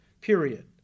period